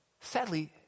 sadly